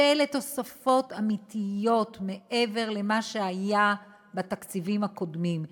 ואלה הן תוספות אמיתיות מעבר למה שהיה בתקציבים הקודמים.